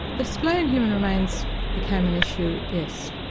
displaying human remains became an issue, yes,